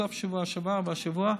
סוף השבוע שעבר והשבוע,